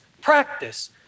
Practice